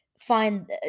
find